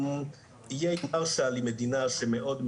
איי מרשל היא מדינה שמאוד,